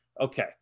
Okay